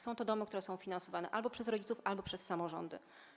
Są to domy, które są finansowane albo przez rodziców, albo przez samorządy.